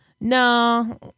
No